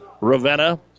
Ravenna